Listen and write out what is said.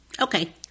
okay